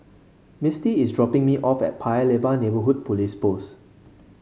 Misty is dropping me off at Paya Lebar Neighbourhood Police Post